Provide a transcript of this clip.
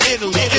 Italy